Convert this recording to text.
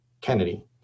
Kennedy